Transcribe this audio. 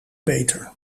peter